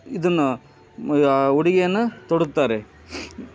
ಇದನ್ನ ಉಡಿಗೆಯನ್ನ ತೊಡುತ್ತಾರೆ